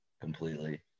completely